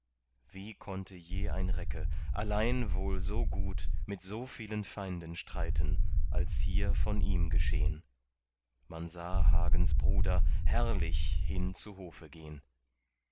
wie konnte je ein recke allein wohl so gut mit so vielen feinden streiten als hier von ihm geschehn man sah hagens bruder herrlich hin zu hofe gehn